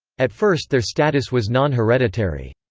at first their status was non-hereditary.